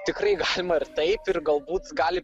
tikrai galima ir taip ir galbūt gali